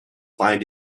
find